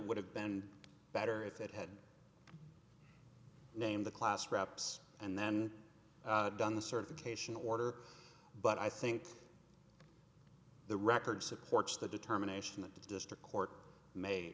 would have been better if it had named the class reps and then done the certification order but i think the record supports the determination that the district court ma